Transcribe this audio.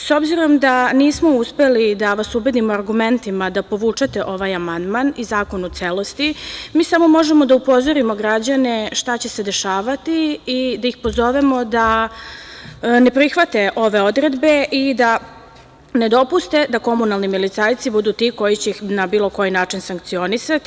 S obzirom da nismo uspeli da vas ubedimo argumentima da povučete ovaj amandman i zakon u celosti, mi samo možemo da upozorimo građane šta će se dešavati i da ih pozovemo da ne prihvate ove odredbe i da ne dopuste da komunalni milicajci budu ti koji će ih na bilo koji način sankcionisati.